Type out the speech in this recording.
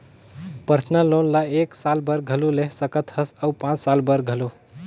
personal loan ल एक साल बर घलो ले सकत हस अउ पाँच साल बर घलो